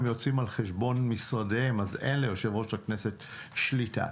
הם יוצאים על חשבון משרדיהם אז אין ליושב-ראש הכנסת שליטה,